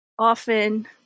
often